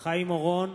חיים אורון,